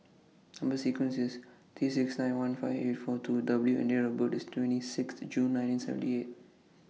Number sequence IS T six nine one five eight four two W and Date of birth IS twenty Sixth June nineteen seventy eight